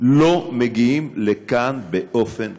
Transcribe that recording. לא מגיעים לכאן באופן קבוע.